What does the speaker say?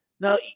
Now